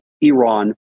Iran